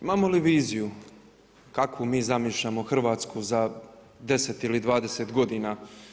Imamo li viziju kakvu mi zamišljamo Hrvatsku za 10 ili 20 godina?